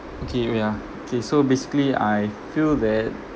okay ya okay so basically I feel that